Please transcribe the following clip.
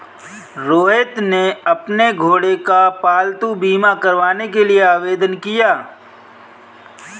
रोहित ने अपने घोड़े का पालतू बीमा करवाने के लिए आवेदन किया